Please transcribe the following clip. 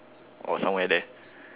or somewhere there